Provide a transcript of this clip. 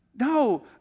no